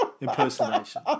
impersonation